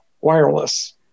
wireless